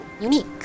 unique